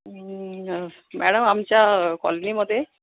madam आमच्या कॉलनीमध्ये